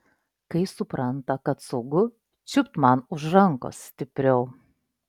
kai supranta kad saugu čiupt man už rankos stipriau